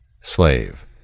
Slave